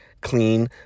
clean